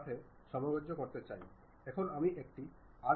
তারপরে দৈর্ঘ্য আমি 30 mm দিতে চাই না তবে 20 mm জাতীয় কিছু দিতে চাই